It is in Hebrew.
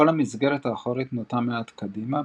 כל המסגרת האחורית נוטה מעט קדימה,